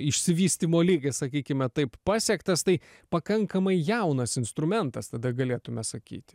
išsivystymo lygis sakykime taip pasiektas tai pakankamai jaunas instrumentas tada galėtume sakyti